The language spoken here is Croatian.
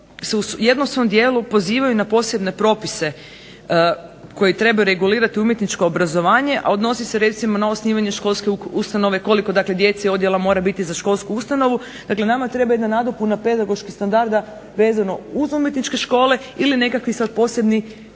u jednom svom dijelu pozivaju na posebne propise koji trebaju regulirati umjetničko obrazovanje a odnosi se na osnivanje školske ustanove koliko djece i odjela mora biti za školsku ustanovu, dakle, nama treba jedna nadopuna pedagoških standarda vezano uz umjetničke škole ili nekakvi posebno